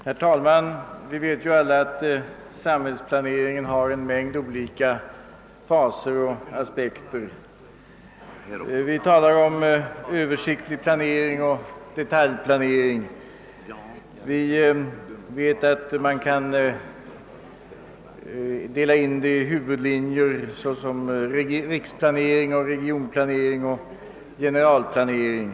Herr talman! Vi vet alla att samhällsplaneringen har en mängd olika faser och aspekter. Vi talar om översiktlig planering och detaljplanering, och verksamheten kan delas in i huvudområden såsom riksplanering, regionplanering och generalplanering.